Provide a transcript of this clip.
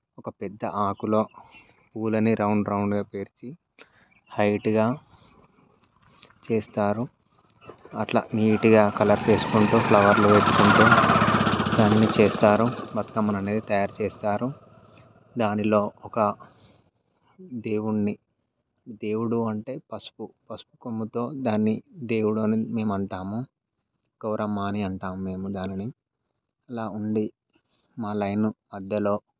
ఒక పెద్ద ఆకులో పువ్వులన్నీ రౌండ్ రౌండ్గా పేర్చి హైట్గా చేస్తారు అట్లా నీట్గా కలర్స్ వేసుకుంటూ ఫ్లవర్లు పెట్టుకుంటూ దాన్ని చేస్తారు బతుకమ్మననేది తయారుచేస్తారు దానిలో ఒక దేవుణ్ణి దేవుడు అంటే పసుపు పసుపు కొమ్ముతో దాన్ని దేవుడని మేము అంటాము గౌరమ్మ అని అంటాము మేము దాన్ని ఇలా ఉండి మా లైను మధ్యలో